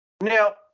Now –